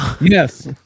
Yes